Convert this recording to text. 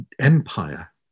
empire